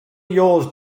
yours